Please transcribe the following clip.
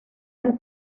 del